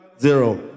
zero